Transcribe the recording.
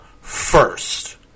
First